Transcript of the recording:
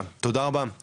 תודה רבה.